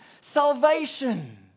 salvation